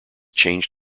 changed